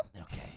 Okay